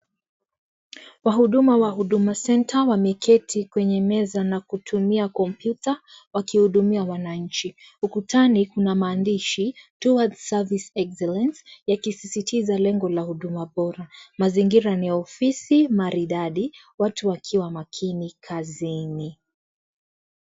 Wahuduma wa Huduma Centre wameketi kwenye meza na kutumia kompyuta wakihudumia wananchi. Ukutani kuna maandishi towards service excellence yakisisitiza lengo la huduma bora. Mazingira ni ya ofisi maridadi watu wakiwa makini kazini.